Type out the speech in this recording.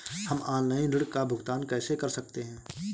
हम ऑनलाइन ऋण का भुगतान कैसे कर सकते हैं?